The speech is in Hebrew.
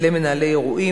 למנהלי אירועים,